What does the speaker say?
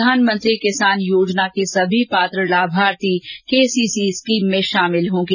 प्रधानमंत्री किसान योजना के सभी पात्र लाभार्थी के सी सी स्कीम में शामिल होंगे